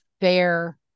fair